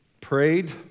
prayed